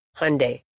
Hyundai